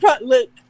Look